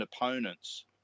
opponents